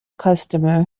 customer